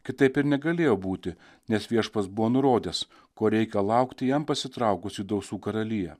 kitaip ir negalėjo būti nes viešpats buvo nurodęs ko reikia laukti jam pasitraukusių dausų karalija